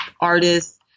artists